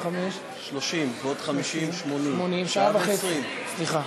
לקראת קריאה שנייה ושלישית.